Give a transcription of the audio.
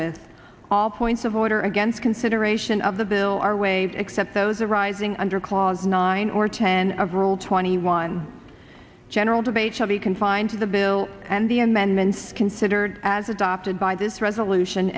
with all points of order against consideration of the bill or waves except those arising under clause nine or ten of rule twenty one general debate shall be confined to the bill and the amendments considered as adopted by this resolution